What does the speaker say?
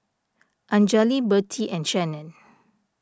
Anjali Birtie and Shannon